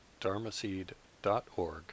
dharmaseed.org